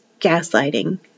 gaslighting